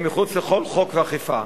מחוץ לכל חוק ואכיפה.